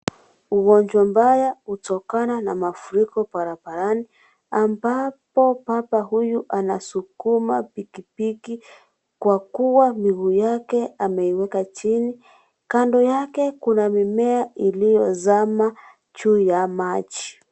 Ugonjwa mbaya hutokana na mafuriko barabarani ambapo baba huyua anasukuma pikipiki kwa kuwa miguu yake ameiweka chini, kando yake kuna mimea iliyozama juu ya maji.